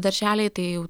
darželiai tai